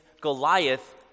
Goliath